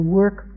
work